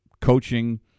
coaching